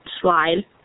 slide